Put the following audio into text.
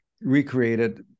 recreated